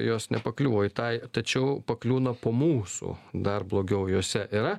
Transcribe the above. jos nepakliuvo į tą tačiau pakliūna po mūsų dar blogiau jose yra